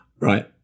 Right